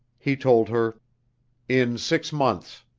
he told her in six months.